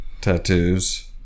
tattoos